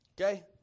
Okay